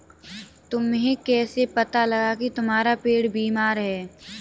तुम्हें कैसे पता लगा की तुम्हारा पेड़ बीमार है?